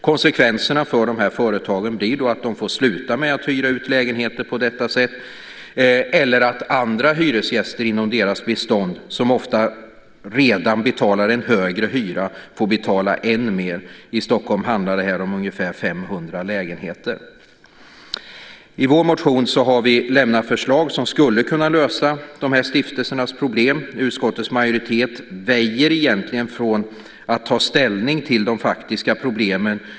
Konsekvenserna för företagen blir att de får sluta att hyra ut lägenheter på detta sätt eller att andra hyresgäster inom deras bestånd, som ofta redan betalar en högre hyra, får betala ännu mer. I Stockholm handlar det om ungefär 500 lägenheter. I vår motion har vi lämnat förslag som skulle kunna lösa de här stiftelsernas problem. Utskottets majoritet väjer egentligen för att ta ställning till de faktiska problemen.